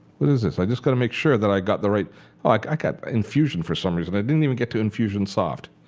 what is this? i just got to make sure that i got the right oh, like i got infusion for some reason. i didn't even get to infusionsoft.